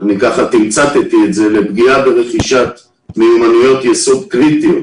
תמצתי את זה לפגיעה ברכישת מיומנויות יסוד קריטיות